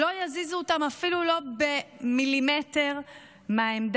לא יזיזו אותם אפילו לא במילימטר מהעמדה